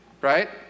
right